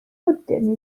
pwdin